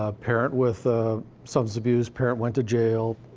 ah parent with ah substance abuse, parent went to jail,